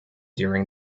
during